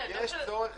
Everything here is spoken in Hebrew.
על הדרך איך